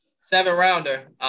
Seven-rounder